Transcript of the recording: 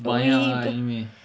banyak ah anime